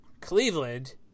Cleveland